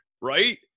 right